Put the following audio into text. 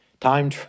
time